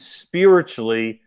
spiritually